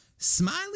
Smiley